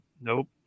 Nope